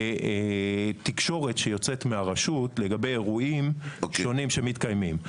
מהתקשורת שיוצאת מהרשות לגבי אירועים שונים שמתקיימים.